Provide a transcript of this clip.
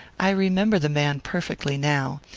i remember the man perfectly now.